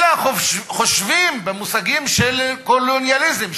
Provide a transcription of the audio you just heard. אלא חושבים במושגים של קולוניאליזם,